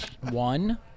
One